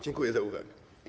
Dziękuję za uwagę.